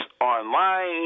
online